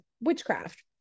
witchcraft